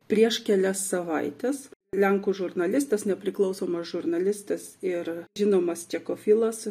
prieš kelias savaites lenkų žurnalistas nepriklausomas žurnalistas ir žinomas čekų filas